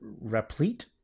replete